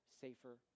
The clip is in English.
safer